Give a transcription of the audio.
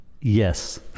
yes